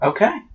Okay